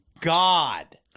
god